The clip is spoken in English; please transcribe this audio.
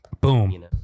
Boom